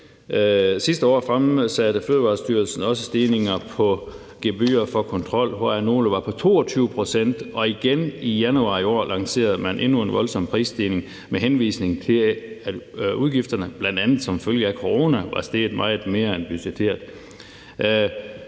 Sidste år fremsatte Fødevarestyrelsen også stigninger på gebyrer for kontrol, hvoraf nogle var på 22 pct. og igen i januar i år lancerede man endnu en voldsom prisstigning, med henvisning til at udgifterne, blandt andet som følge af Corona, var steget meget mere end budgetteret.«